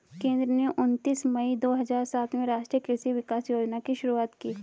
केंद्र ने उनतीस मई दो हजार सात में राष्ट्रीय कृषि विकास योजना की शुरूआत की